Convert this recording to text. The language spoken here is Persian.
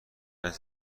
است